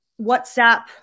WhatsApp